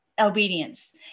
obedience